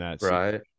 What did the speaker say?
Right